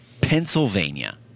Pennsylvania